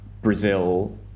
Brazil